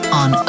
on